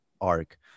arc